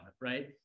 right